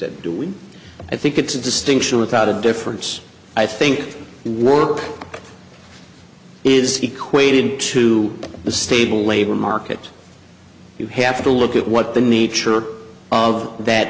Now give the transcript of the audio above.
that do we i think it's a distinction without a difference i think work is equated to the stable labor market you have to look at what the nature of that